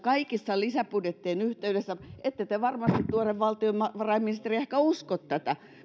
kaikkien lisäbudjettien yhteydessä ette te varmasti tuore valtionvarainministeri ehkä usko tätä